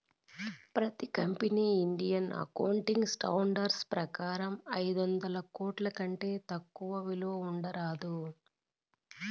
ప్రతి కంపెనీకి Indian accounting standards ప్రకారం ఐదొందల కోట్ల కంటే తక్కువ విలువ ఉండరాదు